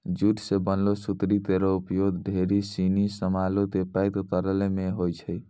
jute सें बनलो सुतरी केरो प्रयोग ढेरी सिनी सामानो क पैक करय म होय छै